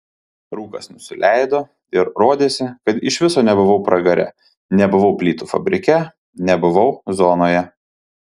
rūkas nusileido ir rodėsi kad iš viso nebuvau pragare nebuvau plytų fabrike nebuvau zonoje